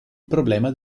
problema